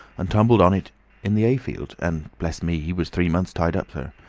and tumbled on it in the ayfield, and, bless me! he was three months tied up sir.